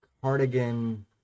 cardigan